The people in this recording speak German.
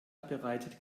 bereitet